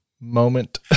moment